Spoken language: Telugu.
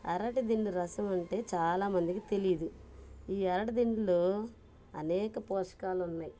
అరటి దిండు రసం అంటే చాలామందికి తెలియదు ఈ అరటి దిండిలో అనేక పోషకాలు ఉన్నాయి